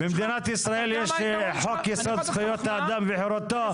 במדינת ישראל יש חוק יסוד זכויות האדם וחרותו.